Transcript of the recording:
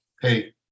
Hey